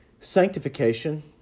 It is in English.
Sanctification